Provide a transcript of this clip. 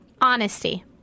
Honesty